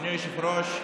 אדוני היושב-ראש,